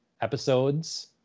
episodes